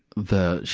the,